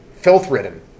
Filth-ridden